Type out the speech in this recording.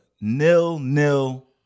nil-nil